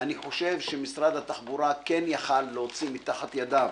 אני חושב שמשרד התחבורה כן יכול היה להוציא תחת ידיו